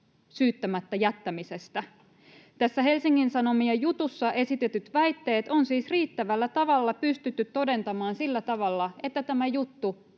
syyttämättä jättämisestä. Tässä Helsingin Sanomien jutussa esitetyt väitteet on siis riittävällä tavalla pystytty todentamaan sillä tavalla, että tämä juttu